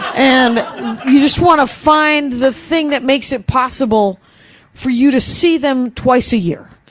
and you just want to find the thing that makes it possible for you to see them twice a year.